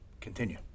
continue